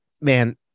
man